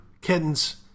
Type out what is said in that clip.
kittens